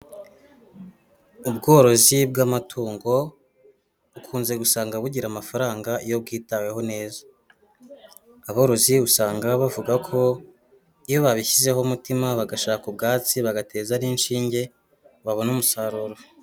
Ubworozi bw'amatungo, ukunze gusanga bugira amafaranga iyo bwitaweho neza. Aborozi usanga bavuga ko, iyo babishyizeho umutima bagashaka ubwatsi bagateza n'inshinge, babona umusaruro.